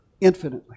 infinitely